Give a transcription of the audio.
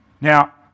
Now